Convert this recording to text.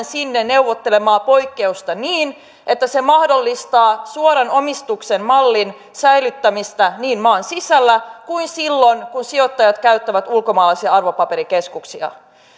sinne neuvottelemaa poikkeusta niin että se mahdollistaa suoran omistuksen mallin säilyttämistä niin maan sisällä kuin silloin kun sijoittajat käyttävät ulkomaalaisia arvopaperikeskuksia